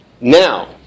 Now